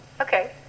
Okay